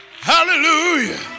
hallelujah